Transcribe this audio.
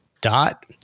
dot